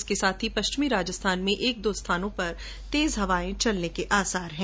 इसके साथ ही पश्चिमी राजस्थान में एक दो स्थानों पर तेज हवाये चलने के आसार हैं